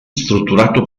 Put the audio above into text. strutturato